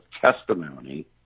testimony